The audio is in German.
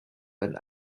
werden